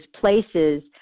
places